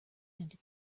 empty